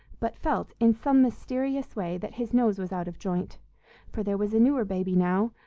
but felt, in some mysterious way, that his nose was out of joint for there was a newer baby now,